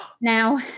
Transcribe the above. now